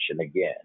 again